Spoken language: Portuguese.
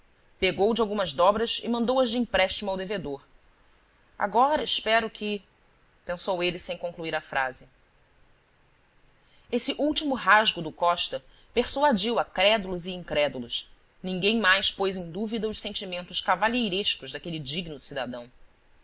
pegou de algumas dobras e mandou as de empréstimo ao devedor agora espero que pensou ele sem concluir a frase esse último rasgo do costa persuadiu a crédulos e incrédulos ninguém mais pôs em dúvida os sentimentos cavalheirescos daquele digno cidadão